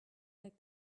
like